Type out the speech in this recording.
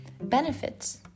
benefits